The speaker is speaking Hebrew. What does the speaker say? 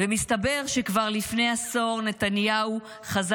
ומסתבר שכבר לפני עשור נתניהו חזה